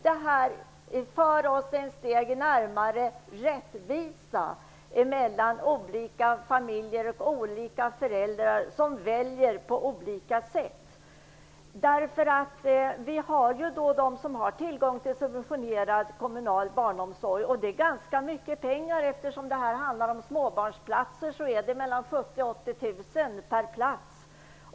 Det här för oss ett steg närmare rättvisa mellan olika familjer och olika föräldrar som väljer på olika sätt. Det finns familjer som har tillgång till subventionerad kommunal barnomsorg. Det gäller ganska mycket pengar. Eftersom det är fråga om småbarnsplatser så gäller det mellan 70 000 och 80 000 per plats.